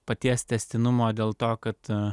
paties tęstinumo dėl to kad